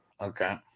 Okay